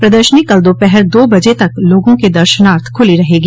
प्रदर्शनी कल दोपहर दो बजे तक लोगों के दर्शनार्थ ख्रली रहेगी